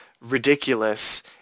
Ridiculous